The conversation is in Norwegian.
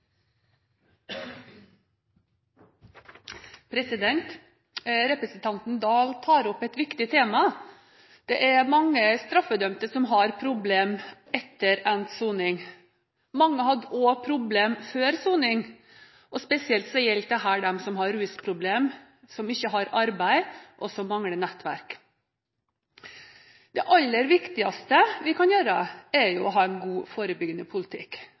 etter endt soning. Mange hadde også problemer før soning. Spesielt gjelder dette de som har rusproblemer, som ikke har jobb og mangler nettverk. Det aller viktigste vi kan gjøre, er å ha en god forebyggende politikk